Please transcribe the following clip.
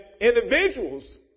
individuals